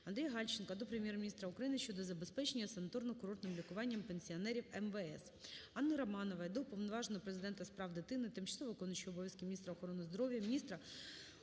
Андрія Гальченка до Прем'єр-міністра України щодо забезпечення санаторно-курортним лікуванням пенсіонерів МВС. Анни Романової до Уповноваженого Президента з прав дитини, тимчасово виконуючої обов'язки міністра охорони здоров'я, міністра